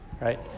right